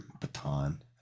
baton